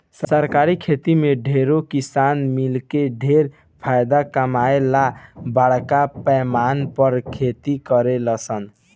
सरकारी खेती में ढेरे किसान मिलके ढेर फायदा कमाए ला बरका पैमाना पर खेती करेलन सन